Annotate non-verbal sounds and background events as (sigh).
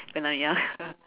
then like ya (laughs)